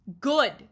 good